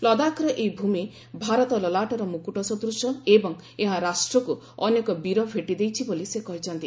ଲଦାଖ୍ର ଏହି ଭୂମି ଭାରତ ଲଲାଟର ମୁକୁଟ ସଦୂଶ ଏବଂ ଏହା ରାଷ୍ଟ୍ରକୁ ଅନେକ ବୀର ଭେଟି ଦେଇଛି ବୋଲି ସେ କହିଛନ୍ତି